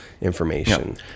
information